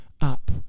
up